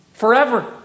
Forever